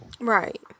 Right